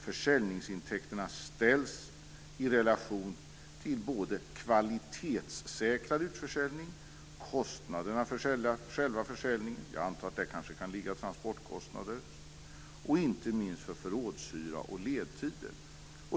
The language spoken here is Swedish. De ska ställas i relation till såväl kvalitetssäkrad utförsäljning som kostnaderna för själva utförsäljningen - t.ex. transportkostnader - och inte minst kostnader för förrådshyra och ledtider.